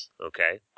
Okay